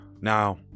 now